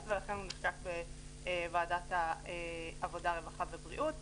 ולכן הוא נחקק בוועדת עבודה רווחה ובריאות.